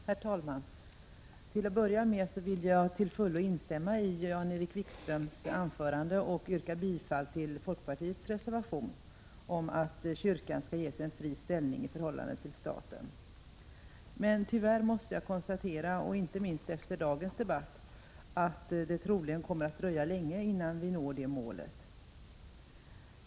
Herr talman! Till att börja med vill jag till fullo instämma i Jan-Erik Wikströms anförande och yrka bifall till folkpartiets reservation om att kyrkan skall ges en fri ställning i förhållande till staten. Tyvärr måste jag konstatera —- inte minst efter dagens debatt — att det troligen kommer att dröja länge, innan vi når det målet.